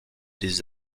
des